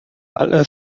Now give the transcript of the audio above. alle